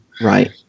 Right